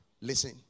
Listen